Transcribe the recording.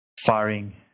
firing